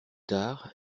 tard